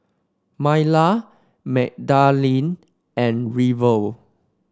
Myla Magdalene and River